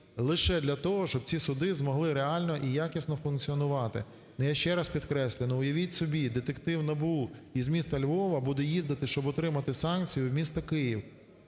лише для того, щоб ці суди змогли реально і якісно функціонувати. Ну, я ще раз підкреслюю, що уявіть собі, детектив НАБУ із міста Львова буде їздити, щоб отримати санкцію, у місто Київ,–